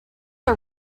are